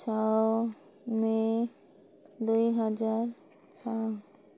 ଛଅ ମେ ଦୁଇହଜାର ଛଅ